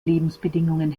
lebensbedingungen